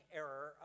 error